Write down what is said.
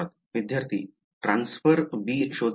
विद्यार्थी transfer b शोधणे